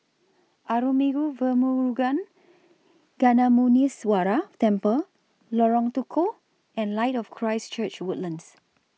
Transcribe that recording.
Arulmigu Velmurugan Gnanamuneeswarar Temple Lorong Tukol and Light of Christ Church Woodlands